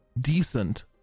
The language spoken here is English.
decent